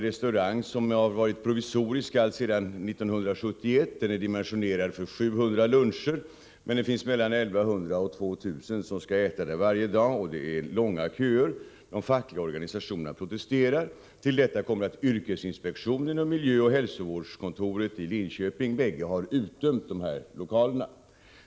Restaurangen har varit provisorisk alltsedan 1971 och är dimensionerad för 700 luncher, men det är mellan 1 100 och 2 000 som skall äta där varje dag. Det är långa köer. De fackliga organisationerna protesterar. Till detta kommer att yrkesinspektionen samt miljöoch hälsovårdskontoret i Linköping har utdömt lokalerna.